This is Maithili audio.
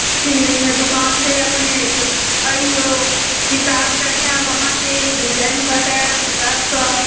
सिमरीमे दोकान छै अपनेक अइयौ किताब देखायब अहाँकेँ डिजाइन बतायब किताबसँ